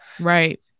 Right